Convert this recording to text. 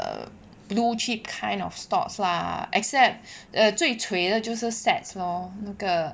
blue chip kind of stocks lah except 哦最 cui 的就是 SATS lor 那个